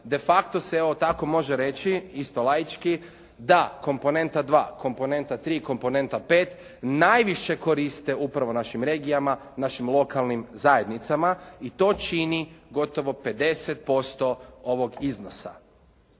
de facto se evo tako može reći isto laički da komponenta 2, komponenta 3 i komponenta 5 najviše koriste upravo našim regijama, našim lokalnim zajednicama i to čini gotovo 50% ovog iznosa.